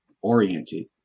oriented